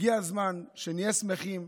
הגיע הזמן שנהיה שמחים,